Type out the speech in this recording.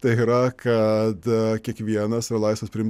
tai yra kad kiekvienas laisvas priimti